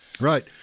Right